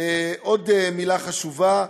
עוד מילה חשובה: